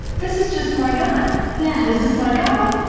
this is just my guy yeah this is my guy.